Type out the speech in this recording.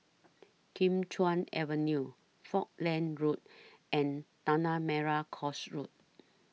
Kim Chuan Avenue Falkland Road and Tanah Merah Coast Road